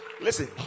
Listen